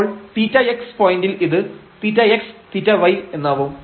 അപ്പോൾ θx പോയന്റിൽ ഇത് θxθy എന്നാവും